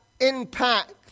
impact